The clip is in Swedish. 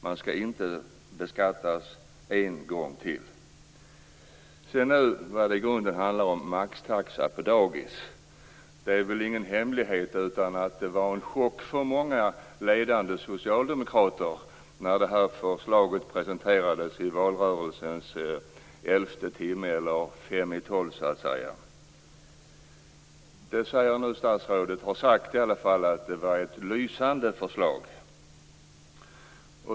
Man skall inte beskattas en gång till. Vad det i grunden handlar om nu är maxtaxa på dagis. Det är väl ingen hemlighet att det var en chock för många ledande socialdemokrater när det här förslaget presenterades i valrörelsens elfte timme, eller fem i tolv. Statsrådet har sagt att det var ett lysande förslag.